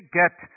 get